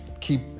keep